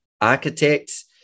architects